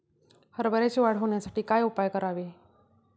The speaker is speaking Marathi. हरभऱ्याची वाढ होण्यासाठी काय उपाय करावे?